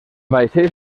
vaixells